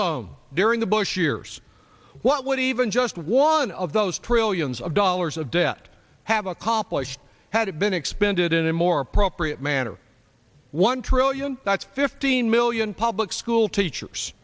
own during the bush years what would even just one of those trillions of dollars of debt have accomplished had it been expended in a more appropriate manner one trillion that's fifteen million public school teachers